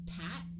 pat